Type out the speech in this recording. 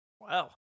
wow